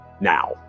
now